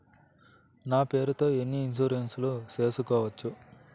నా పేరుతో ఎన్ని ఇన్సూరెన్సులు సేసుకోవచ్చు?